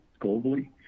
globally